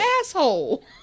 asshole